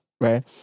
right